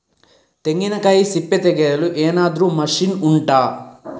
ತೆಂಗಿನಕಾಯಿ ಸಿಪ್ಪೆ ತೆಗೆಯಲು ಏನಾದ್ರೂ ಮಷೀನ್ ಉಂಟಾ